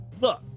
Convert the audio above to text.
Look